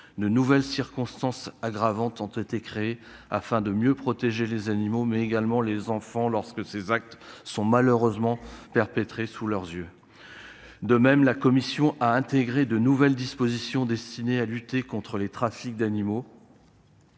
De nouvelles circonstances aggravantes ont été créées, afin de mieux protéger les animaux, ainsi que les enfants, lorsque ces actes sont malheureusement perpétrés sous leurs yeux. De même, la commission a intégré de nouvelles dispositions destinées à lutter contre les trafics d'animaux.